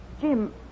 Jim